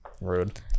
Rude